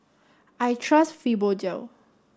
I trust Fibogel